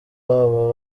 wabo